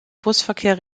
busverkehr